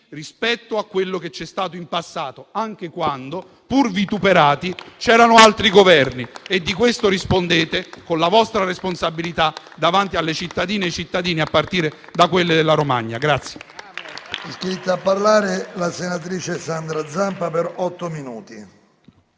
rispetto a quello che c'è stato in passato, anche quando, pur vituperati, c'erano altri Governi, e di questo rispondete con la vostra responsabilità davanti alle cittadine e ai cittadini a partire da quelli della Romagna.